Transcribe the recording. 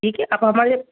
ٹھیک ہے آپ ہمارے